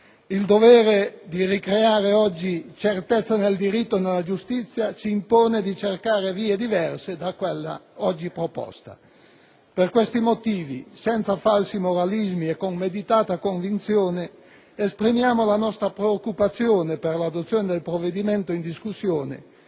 II dovere di ricreare oggi certezza nel diritto e nella giustizia ci impone di cercare vie diverse da quella oggi proposta. Per questi motivi, senza falsi moralismi e con meditata convinzione, esprimiamo la nostra preoccupazione per l'adozione del provvedimento in discussione